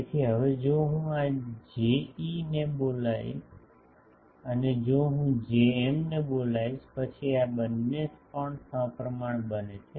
તેથી હવે જો હું આ Je ને બોલાવીશ અને જો હું Jm ને બોલાવીશ પછી આ બંને પણ સપ્રમાણ બને છે